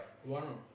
one